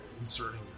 inserting